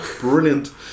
Brilliant